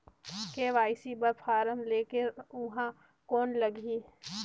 KYC बर form ले के ऊहां कौन लगही?